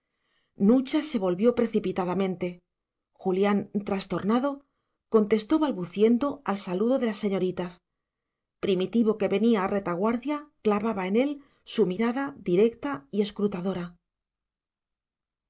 nucha se volvió precipitadamente julián trastornado contestó balbuciendo al saludo de las señoritas primitivo que venía a retaguardia clavaba en él su mirada directa y escrutadora